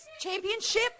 championship